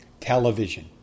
Television